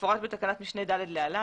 כמפורט בתקנת משנה (ד) להלן,